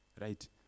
Right